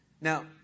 Now